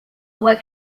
were